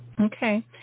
Okay